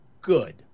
Good